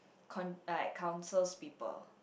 con~ like counsels people